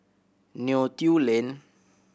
Neo Tiew Lane